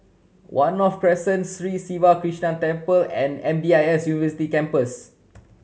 One North Crescent Sri Siva Krishna Temple and M D I S University Campus